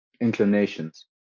inclinations